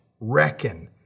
reckon